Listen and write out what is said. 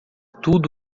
tudo